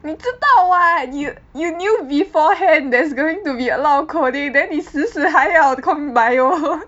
你知道 [what] you you knew beforehand there's going to be a lot of coding then 你死死还要 comp bio